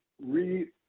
re